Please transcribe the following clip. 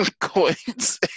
coins